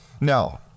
Now